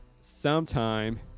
sometime